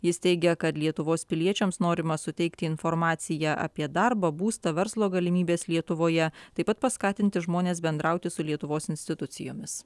jis teigia kad lietuvos piliečiams norima suteikti informaciją apie darbą būstą verslo galimybes lietuvoje taip pat paskatinti žmones bendrauti su lietuvos institucijomis